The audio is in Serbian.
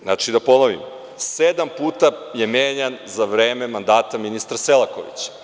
Znači, da ponovim - sedam puta je menjan za vreme mandata ministra Selakovića.